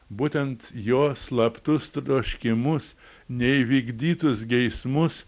būtent jo slaptus troškimus neįvykdytus geismus